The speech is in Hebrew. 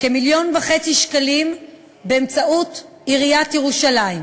כ-1.5 מיליון שקלים באמצעות עיריית ירושלים.